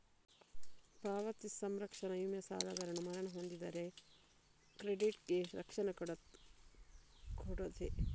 ಪಾವತಿ ಸಂರಕ್ಷಣಾ ವಿಮೆ ಸಾಲಗಾರನು ಮರಣ ಹೊಂದಿದರೆ ಕ್ರೆಡಿಟ್ ಗೆ ರಕ್ಷಣೆ ಕೊಡ್ತದೆ